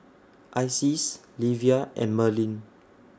Isis Livia and Merlin